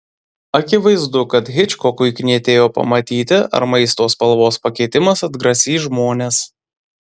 akivaizdu kad hičkokui knietėjo pamatyti ar maisto spalvos pakeitimas atgrasys žmones